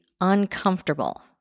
uncomfortable